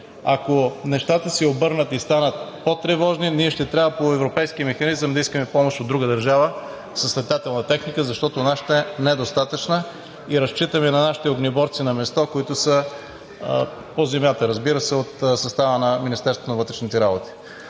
Ако нещата се обърнат и станат по-тревожни, ние ще трябва по европейския механизъм да искаме помощ от друга държава с летателна техника, защото нашата е недостатъчна и разчитаме на нашите огнеборци на място, които са по земята, разбира се, от състава на Министерството на вътрешните работи.